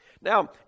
Now